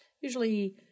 usually